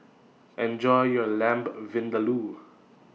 Enjoy your Lamb Vindaloo